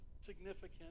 significant